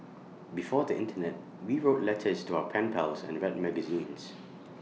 before the Internet we wrote letters to our pen pals and read magazines